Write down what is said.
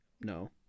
no